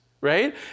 right